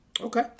Okay